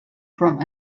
from